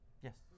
Yes